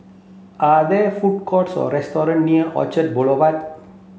are there food courts or restaurant near Orchard Boulevard